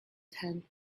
tenth